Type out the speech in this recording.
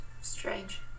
strange